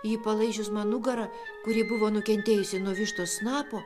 ji palaižius man nugarą kuri buvo nukentėjusi nuo vištos snapo